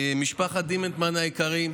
משפחת דימנטמן היקרים,